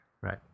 Right